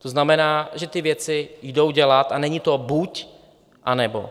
To znamená, že ty věci jdou dělat a není to buď, anebo.